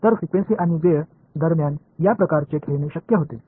तर फ्रिक्वेन्सी आणि वेळ दरम्यान या प्रकारचे खेळणे शक्य होते